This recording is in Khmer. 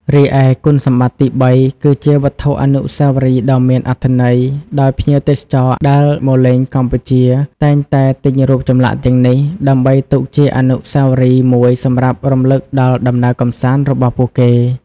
រីឯគុណសម្បត្តិទីបី គឺ ជាវត្ថុអនុស្សាវរីយ៍ដ៏មានអត្ថន័យ ដោយភ្ញៀវទេសចរដែលមកលេងកម្ពុជាតែងតែទិញរូបចម្លាក់ទាំងនេះ ដើម្បីទុកជាអនុស្សាវរីយ៍មួយសម្រាប់រំលឹកដល់ដំណើរកម្សាន្តរបស់ពួកគេ។